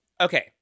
Okay